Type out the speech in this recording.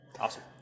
Awesome